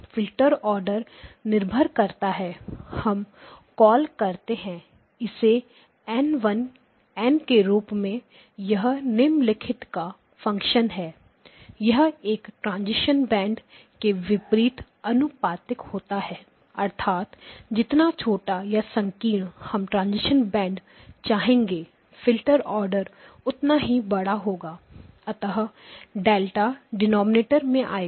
filter order निर्भर करता है हम कॉल करते हैं इसे एन के रूप में यह निम्नलिखित का फ़ंक्शन है यह एक ट्रांजिशन बैंड के विपरीत अनुपातिक होता है अर्थात जितना छोटा या संकीर्ण हम ट्रांजिशन बैंड चाहेंगे फिल्टर आर्डर उतना ही बड़ा होगा अतः डेल्टा डिनॉमिनेटर मैं आएगा